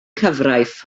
cyfraith